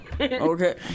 Okay